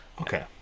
Okay